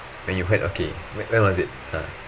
when you hurt okay whe~ when was it ah